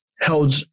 held